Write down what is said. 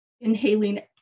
inhaling